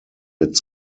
its